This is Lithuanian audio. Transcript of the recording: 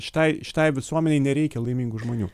štai šitai visuomenei nereikia laimingų žmonių